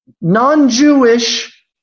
non-Jewish